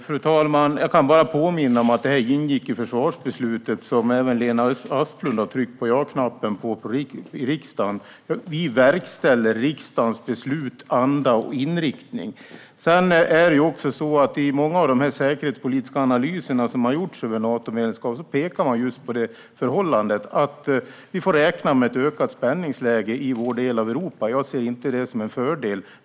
Fru talman! Jag kan bara påminna om att detta ingick i försvarsbeslutet, som även Lena Asplund tryckte på ja-knappen för i riksdagen. Vi verkställer riksdagens beslut, anda och inriktning. I många av de säkerhetspolitiska analyser som har gjorts av Natomedlemskap pekar man just på förhållandet att vi får räkna med ett ökat spänningsläge i vår del av Europa. Jag ser inte det som en fördel.